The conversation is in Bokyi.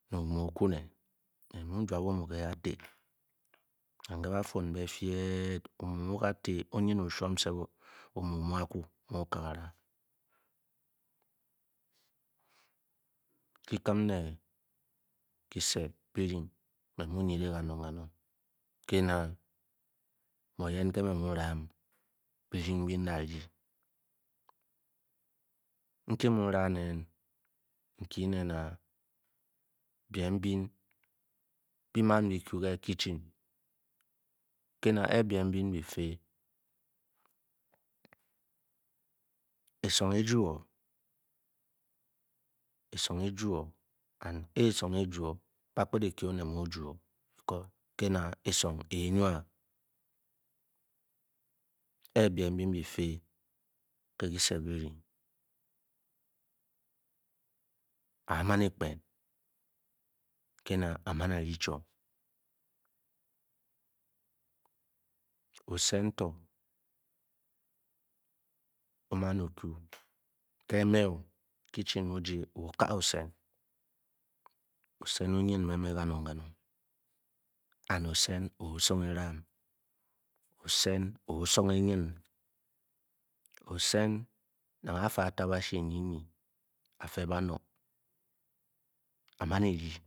Omu mu-o okuné me mu njwa bana omu ké kafi, nang ké bá fun bé fiat. omu ke’kati onyu o-chwom omu mu’a ku’ mu okaga ka, kikim kyise byirying me mu nydeng kanong-kanong kena ume o’yen ke’ mu ram’a byirying bi da ryi, nki mu rang nen nki nen a’ biem bi máa bi ku’ kē kitihen kénā ke bien nbyn bife e sung eju-o and esung eju-o ba kpet ékye onet mu oju-o keng esung énwád e-bien bbyn bife ké kyise byirying a’mán ékpea kena a’mán a’ryi chwom, ote ocen to o-mán o kú ké me-o, kitchen muji o kāā océn, océn onyn me’ kanong-kanong kena océn o’sung e’vam’n ōō sung enyn. nang afé atabashi nyi-nyi ā fe banō a’mān ēryi.